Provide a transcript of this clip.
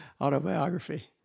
autobiography